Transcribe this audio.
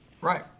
Right